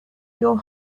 your